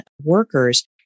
workers